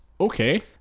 Okay